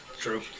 True